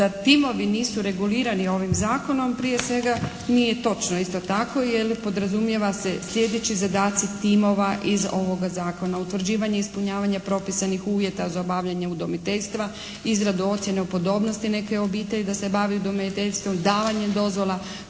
da timovi nisu regulirani ovim zakonom, prije svega nije točno isto tako jer podrazumijeva se, sljedeći zadaci timova iz ovoga zakona, utvrđivanje i ispunjavanje propisanih uvjeta za obavljanje udomiteljstva, izradu ocjenu podobnosti neke obitelji da se bavi udomiteljstvom, davanjem dozvola,